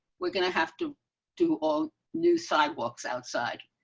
we're gonna have to do all new sidewalks outside